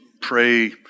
pray